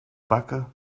backe